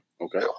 okay